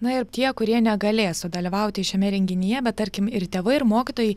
na ir tie kurie negalės sudalyvauti šiame renginyje bet tarkim ir tėvai ir mokytojai